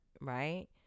right